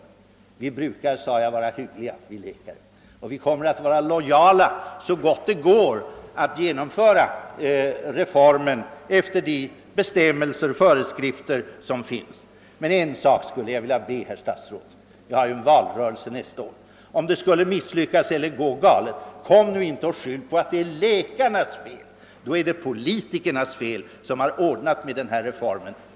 Jag sade att vi läkare brukar vara hyggliga och vi kommer också att vara lojala så gott det går när det gäller att genomföra reformen enligt de bestämmelser och föreskrifter som finns. Men en sak skulle jag vilja be herr statsrådet om, då vi ju har en valrörelse nästa år: Om det går galet, kom då inte och skyll på att det är läkarnas fel, ty då är felet politikernas, eftersom det är de som genomfört den här reformen.